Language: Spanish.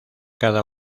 cada